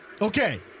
Okay